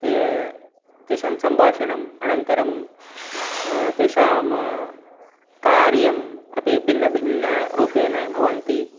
ते तेषां सम्भाषणम् अनन्तरं तेषां कार्यम् अपि भिन्नभिन्नरूपेण भवति